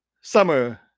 summer